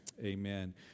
amen